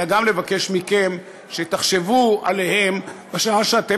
אלא גם לבקש מכם שתחשבו עליהם בשעה שאתם